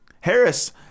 Harris